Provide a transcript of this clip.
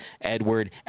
Edward